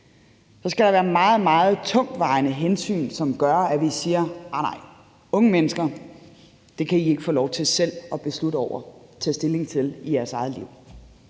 så skal der være meget, meget tungtvejende hensyn, som gør, at vi siger: Nej nej, unge mennesker, det kan I ikke få lov til selv at bestemme over og tage stilling til i jeres eget liv.